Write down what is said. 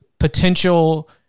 potential